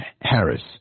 Harris